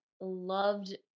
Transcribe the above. loved